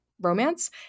romance